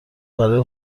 برای